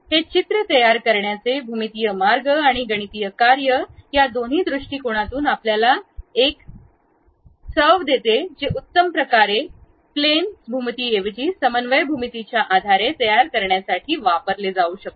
हे चित्र तयार करण्याचे भूमितीय मार्ग आणि गणितीय कार्ये या दोन्ही दृष्टीकोनातून आपल्याला एक चव देते जे उत्तम प्रकारे विमान भूमितीऐवजी समन्वय भूमितीच्या आधारे तयार करण्यासाठी वापरले जाऊ शकते